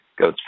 goes